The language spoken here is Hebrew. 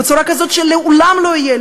בצורה כזאת שלעולם לא יהיה,